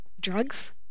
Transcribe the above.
Drugs